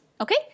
Okay